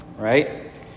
Right